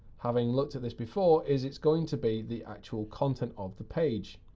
having looked at this before, is it's going to be the actual content of the page.